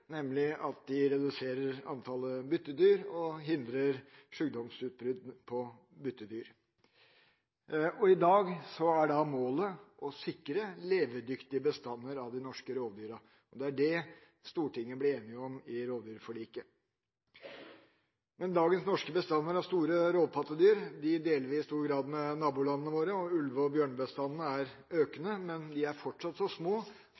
nemlig at de reduserer antallet byttedyr og hindrer sykdomsutbrudd på byttedyr. I dag er målet å sikre levedyktige bestander av de norske rovdyrene. Det er det Stortinget ble enig om i rovdyrforliket. Dagens norske bestander av store rovpattedyr deler vi i stor grad med våre naboland, og ulve- og bjørnebestandene er økende. Men de er fortsatt så små